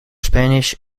spanish